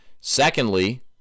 Secondly